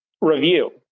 review